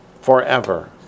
forever